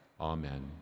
Amen